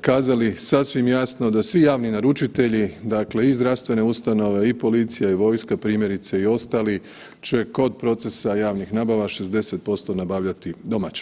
kazali sasvim jasno da svi javni naručitelji, dakle i zdravstvene ustanove i policija i vojska primjerice i ostali će kod procesa javnih nabava 60% nabavljati domaće.